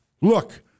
Look